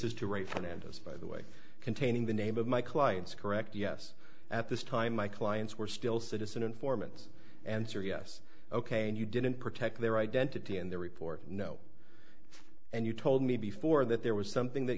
is to write fernandes by the way containing the name of my client's correct yes at this time my clients were still citizen informants answer yes ok and you didn't protect their identity in their report no and you told me before that there was something that